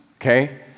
Okay